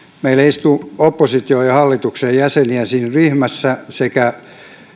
meillä istui opposition ja hallituksen jäseniä siinä ryhmässä sekä